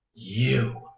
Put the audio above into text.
You